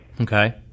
okay